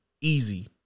easy